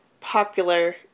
popular